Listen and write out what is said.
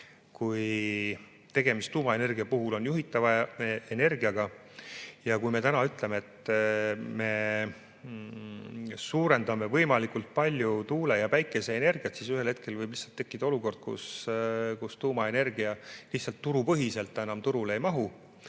Kui tuumaenergia puhul on tegemist juhitava energiaga ja kui me täna ütleme, et me suurendame võimalikult palju tuule- ja päikeseenergiat, siis ühel hetkel võib tekkida olukord, kui tuumaenergia lihtsalt turupõhiselt turule enam ei mahu.